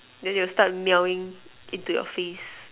then they'll start meowing into your face